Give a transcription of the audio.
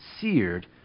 seared